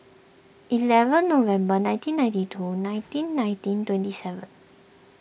eleven November nineteen ninety two nineteen nineteen twenty seven